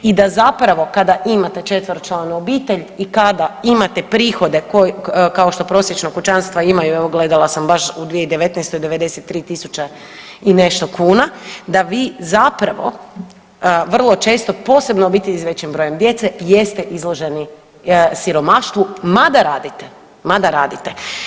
I da zapravo kada imate četveročlanu obitelj i kada imate prihode kao što prosječna kućanstva imaju, evo gledala sam baš, u 2019. 93 i nešto kuna, da vi zapravo vrlo često, posebno obitelji s većim brojem djece jeste izloženi siromaštvu, mada radite, mada radite.